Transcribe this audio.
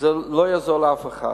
וזה לא יעזור לאף אחד.